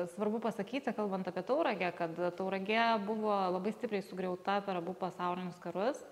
svarbu pasakyti kalbant apie tauragę kad tauragė buvo labai stipriai sugriauta per abu pasaulinius karus